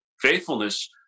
faithfulness